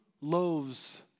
loaves